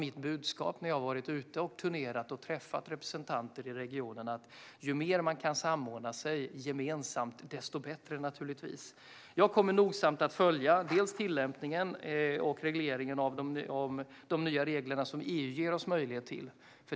Mitt budskap när jag har varit ute och turnerat och träffat representanter i regionerna har också varit att ju mer man kan samordna sig gemensamt, desto bättre. Jag kommer nogsamt att följa tillämpningen av de nya regleringar som EU ger oss möjlighet till.